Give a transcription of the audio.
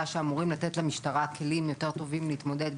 שאמורים לתת למשטרה כלים יותר טובים כדי להתמודד,